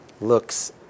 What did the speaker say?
looks